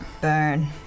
burn